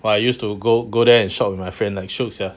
like I used to go go there and shop with my friend like shiok sia